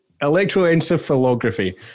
Electroencephalography